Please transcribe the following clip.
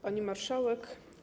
Pani Marszałek!